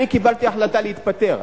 אני קיבלתי החלטה להתפטר.